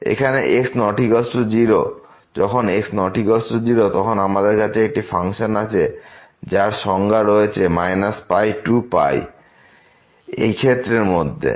এখানে যখন x≠0 তখন আমাদের কাছে একটি ফাংশন আছে যার সংজ্ঞা রয়েছে to এই ক্ষেত্রের মধ্যে